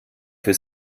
für